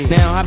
Now